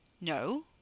No